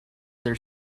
their